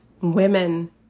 women